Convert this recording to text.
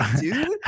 dude